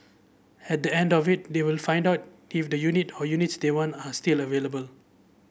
at the end of it they will find out if the unit or units they want are still available